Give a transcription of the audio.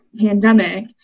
pandemic